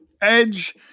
Edge